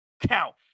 count